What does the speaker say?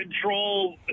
control